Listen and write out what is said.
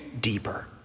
deeper